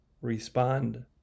respond